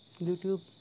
YouTube